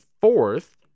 fourth